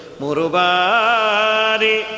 murubari